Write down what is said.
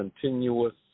continuous